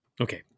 Okay